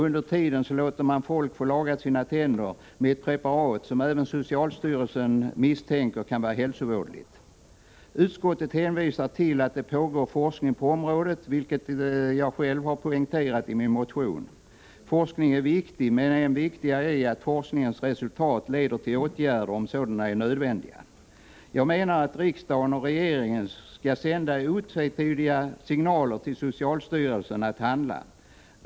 Under tiden låter man folk få sina tänder lagade med ett preparat som även socialstyrelsen misstänker kan vara hälsovådligt. Utskottet hänvisar till att det pågår forskning på området, vilket jag själv har poängterat i min motion. Forskning är viktig, men än viktigare är att forskningens resultat leder till åtgärder, om sådana är nödvändiga. Jag menar att riksdagen och regeringen skall sända otvetydiga signaler till socialstyrelsen att handla.